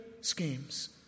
schemes